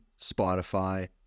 Spotify